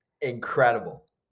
incredible